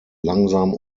langsam